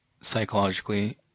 psychologically